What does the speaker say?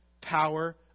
power